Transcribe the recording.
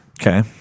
Okay